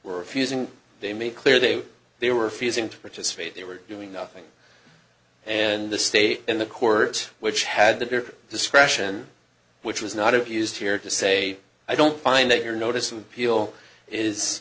refusing they made clear they they were fusing to participate they were doing nothing and the state and the court which had the discretion which was not abused here to say i don't find that your notice